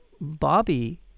Bobby